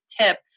tip